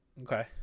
Okay